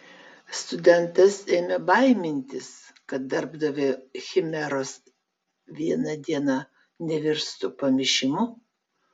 studentas ėmė baimintis kad darbdavio chimeros vieną dieną nevirstų pamišimu